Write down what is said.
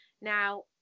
now